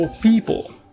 people